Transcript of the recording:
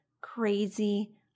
crazy